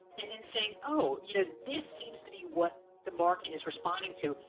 and then saying oh, you know this seems to be what the market is responding to,